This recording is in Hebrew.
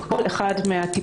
ויבעבע.